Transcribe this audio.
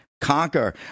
Conquer